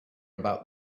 about